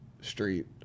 Street